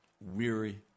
weary